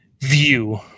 view